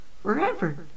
Forever